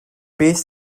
beth